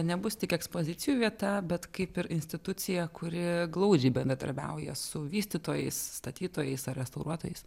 nebus tik ekspozicijų vieta bet kaip ir institucija kuri glaudžiai bendradarbiauja su vystytojais statytojais ar restauruotojais